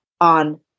on